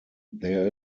there